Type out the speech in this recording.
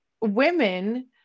women